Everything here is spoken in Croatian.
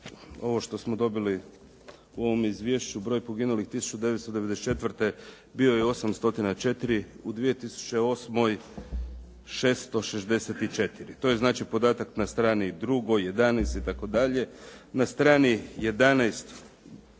ovo što smo dobili u ovom izvješću, broj poginulih 1994. bio je 804, u 2008. 664. To je znači podatak na strani 2., 11. itd., na strani 11.,